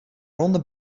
ronde